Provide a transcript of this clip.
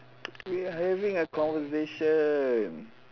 we are having a conversation